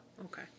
okay